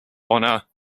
honour